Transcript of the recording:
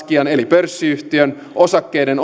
pörssiyhtiön osakkeiden